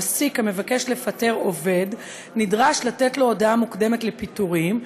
מעסיק המבקש לפטר עובד נדרש לתת לו הודעה מוקדמת לפיטורים,